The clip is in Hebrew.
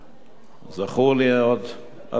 זכורה לי עוד התקופה ההיא,